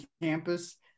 campus